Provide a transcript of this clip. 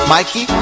Mikey